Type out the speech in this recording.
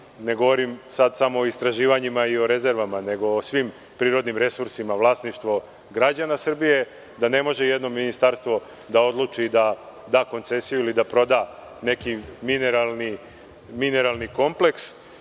ne govorim sada samo o istraživanjima i rezervama, nego o svim prirodnim resursima, da su ona vlasništvo građana Srbije. Da ne može jedno ministarstvo da odluči da da koncesiju ili da proda neki mineralni kompleks.